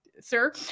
sir